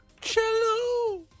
Cello